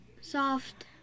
soft